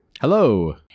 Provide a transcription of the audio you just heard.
Hello